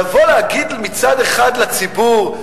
לבוא להגיד מצד אחד לציבור,